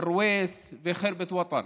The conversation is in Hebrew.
ארוויס וח'רבת אל-וטן.